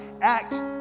Act